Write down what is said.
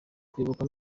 kwibuka